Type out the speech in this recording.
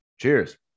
cheers